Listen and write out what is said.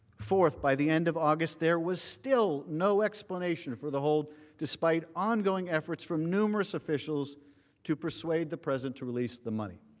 fourth, by the end of august, there was still no explanation for the hold despite ongoing efforts for numerous officials to persuade the president to release the money.